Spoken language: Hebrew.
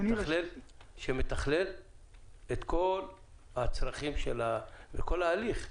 שמתכלל את הצרכים וכל ההליך.